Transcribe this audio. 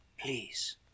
Please